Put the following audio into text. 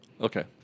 Okay